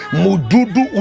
mududu